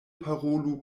parolu